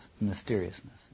mysteriousness